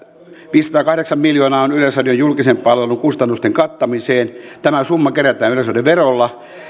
viisisataakahdeksan miljoonaa on yleisradion julkisen palvelun kustannusten kattamiseen tämä summa kerätään yleisradioverolla